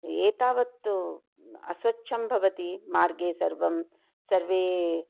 एतावत् अस्वच्छं भवति मार्गे सर्वं सर्वे